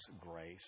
grace